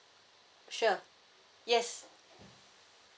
sure yes